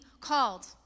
called